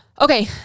Okay